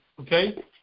Okay